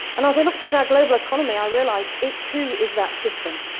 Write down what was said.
and as i looked at our global economy, i realized it too is that system,